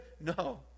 No